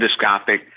endoscopic